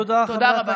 תודה רבה.